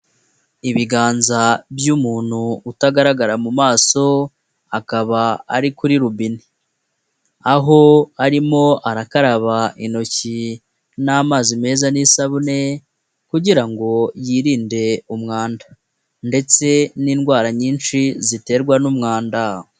Ibiganza by'umuntu utagaragara mu maso akaba ari kuri rube aho arimo arakaraba intoki n'amazi meza n'isabune kugira ngo yirinde umwanda ndetse n'indwara nyinshi ziterwa n'umwanda.